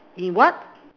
in what